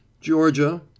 Georgia